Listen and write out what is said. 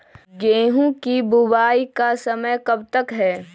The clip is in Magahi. गेंहू की बुवाई का समय कब तक है?